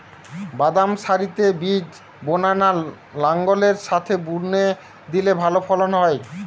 বাদাম সারিতে বীজ বোনা না লাঙ্গলের সাথে বুনে দিলে ভালো ফলন হয়?